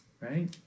right